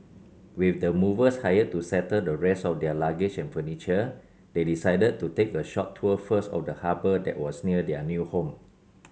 with the movers hired to settle the rest of their luggage and furniture they decided to take a short tour first of the harbour that was near their new home